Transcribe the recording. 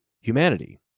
humanity